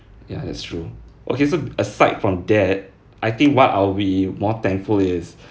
ya that's true okay so aside from that I think what I'll be more thankful is